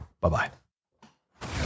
Bye-bye